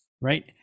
right